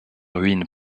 ruines